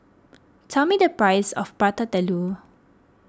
tell me the price of Prata Telur